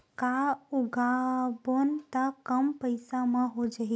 का उगाबोन त कम पईसा म हो जाही?